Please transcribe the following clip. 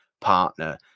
partner